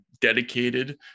dedicated